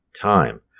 time